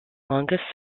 longest